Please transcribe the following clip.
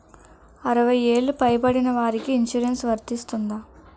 అరవై ఏళ్లు పై పడిన వారికి ఇన్సురెన్స్ వర్తిస్తుందా?